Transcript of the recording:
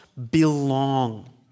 belong